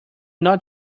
not